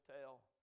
tell